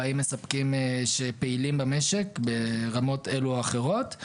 מספקים שפעילים במשק ברמות אלו או אחרות.